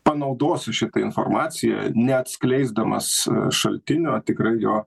panaudosiu šitą informaciją neatskleisdamas šaltinio tikrai jo